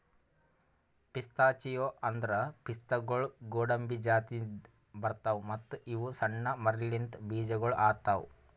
pistachio ಅಂದುರ್ ಪಿಸ್ತಾಗೊಳ್ ಗೋಡಂಬಿ ಜಾತಿದಿಂದ್ ಬರ್ತಾವ್ ಮತ್ತ ಇವು ಸಣ್ಣ ಮರಲಿಂತ್ ಬೀಜಗೊಳ್ ಆತವ್